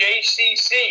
JCC